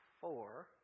four